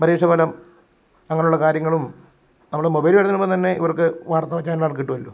പരീക്ഷ ഫലം അങ്ങനെയുള്ള കാര്യങ്ങളും നമ്മുടെ മൊബൈലിൽ വരുന്നതിനു മുമ്പേ തന്നെ ഇവര്ക്ക് വാര്ത്ത വെച്ച എല്ലാവർക്കും കിട്ടുമല്ലോ